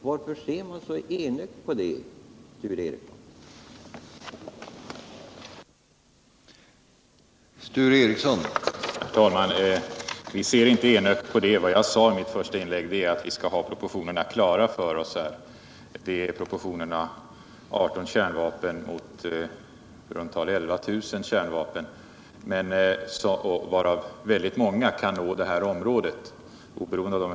Varför ser man så enögt på det, Sture Ericson?